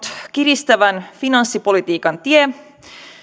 kiristävän finanssipolitiikan tien